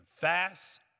fast